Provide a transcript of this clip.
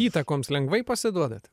įtakoms lengvai pasiduodat